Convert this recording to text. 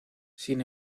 sin